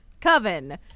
Coven